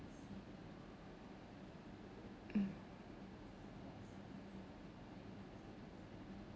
mm